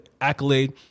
accolade